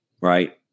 Right